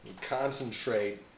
concentrate